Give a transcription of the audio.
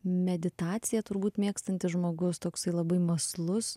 meditaciją turbūt mėgstantis žmogus toksai labai mąslus